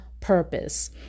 purpose